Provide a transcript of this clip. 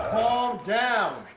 calm down.